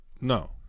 No